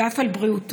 ואף על בריאותו.